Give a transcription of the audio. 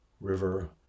river